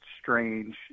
strange